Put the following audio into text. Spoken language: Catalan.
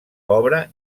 pobra